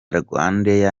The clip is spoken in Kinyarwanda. rwandair